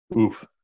Oof